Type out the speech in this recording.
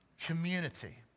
community